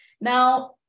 Now